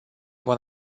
when